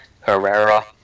Herrera